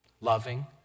Loving